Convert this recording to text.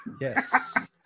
Yes